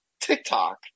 TikTok